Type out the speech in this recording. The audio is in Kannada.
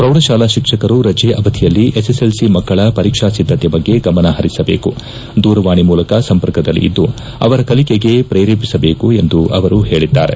ಪೌಢಶಾಲಾ ಶಿಕ್ಷಕರು ರಜೆ ಅವಧಿಯಲ್ಲಿ ಎಸ್ ಎಲ್ ಸಿ ಮಕ್ಕಳ ಪರೀಕ್ಷಾ ಸಿದ್ದತೆ ಬಗ್ಗೆ ಗಮನ ಹರಿಸಬೇಕು ದೂರವಾಣಿ ಮೂಲಕ ಸಂಪರ್ಕದಲ್ಲಿದ್ದು ಅವರ ಕಲಿಕೆಗೆ ಪ್ರೇರೇಪಿಸಬೇಕು ಎಂದು ಅವರು ಹೇಳಿದ್ದಾರೆ